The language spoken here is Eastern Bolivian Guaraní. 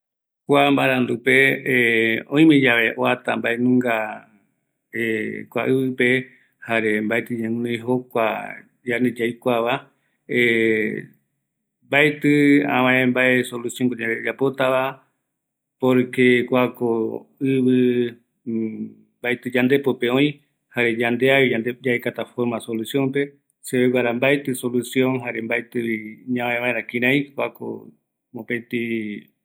Ngara ndipo ñaväe kiraï yaiko, yayepokua vaera oïme yave ñai jokope, kua mbaɨu pe yandepuere yaesa, erei mbaetɨ aikuata kïraï jae vaera kuare